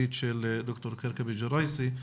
והמחקרית של ד"ר כרכבי-ג'ראייסי.